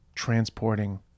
transporting